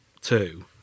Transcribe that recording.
two